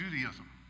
Judaism